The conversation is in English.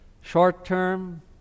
short-term